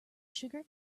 sugar